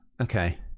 Okay